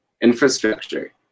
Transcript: infrastructure